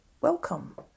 welcome